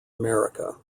america